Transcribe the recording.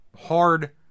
hard